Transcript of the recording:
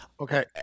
Okay